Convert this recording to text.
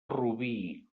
rubí